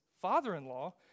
father-in-law